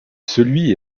celui